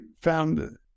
found